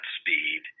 speed